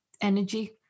energy